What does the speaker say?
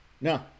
No